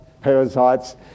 parasites